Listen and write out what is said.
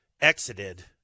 exited